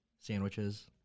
sandwiches